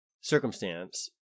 circumstance